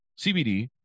cbd